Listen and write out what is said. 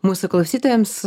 mūsų klausytojams